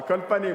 על כל פנים,